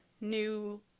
new